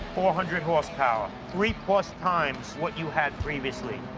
four hundred horsepower. three plus times what you had previously.